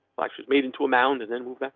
like it was made into a mound and then move back,